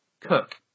Cook